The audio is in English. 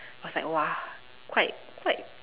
I was like !wah! quite quite